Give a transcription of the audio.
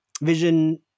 Vision